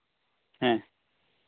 ᱦᱮᱸ